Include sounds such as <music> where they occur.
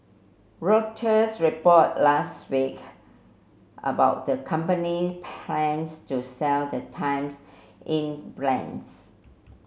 Reuters report last week about the company plans to sell the Times Inc <unintelligible>